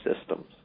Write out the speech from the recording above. systems